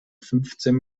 fünfzehn